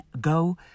go